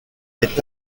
est